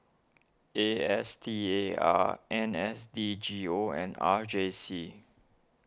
A S T A R N S D G O and R J C